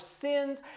sins